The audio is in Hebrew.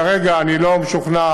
כרגע אני לא משוכנע